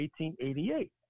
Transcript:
1888